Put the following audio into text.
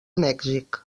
mèxic